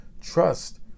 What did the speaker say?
Trust